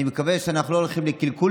אני מקווה שאנחנו לא הולכים לקלקול